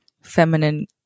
feminine